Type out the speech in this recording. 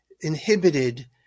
inhibited